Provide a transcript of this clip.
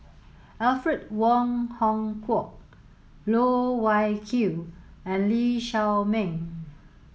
Alfred Wong Hong Kwok Loh Wai Kiew and Lee Shao Meng